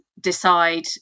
decide